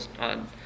on